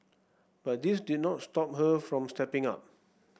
but this did not stop her from stepping up